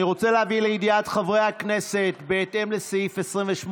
אני רוצה להביא לידיעת חברי הכנסת: בהתאם לסעיף 28